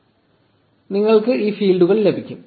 0845 നിങ്ങൾക്ക് ഈ ഫീൽഡുകൾ ലഭിക്കും